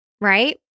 right